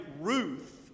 Ruth